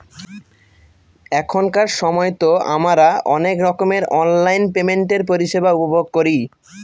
এখনকার সময়তো আমারা অনেক রকমের অনলাইন পেমেন্টের পরিষেবা উপভোগ করি